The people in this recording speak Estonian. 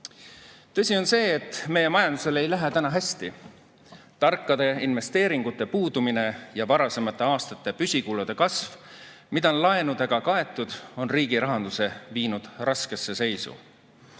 on see, et meie majandusel ei lähe täna hästi. Tarkade investeeringute puudumine ja varasemate aastate püsikulude kasv, mida on laenudega kaetud, on riigi rahanduse viinud raskesse seisu.